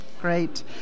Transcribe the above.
Great